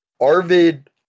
Arvid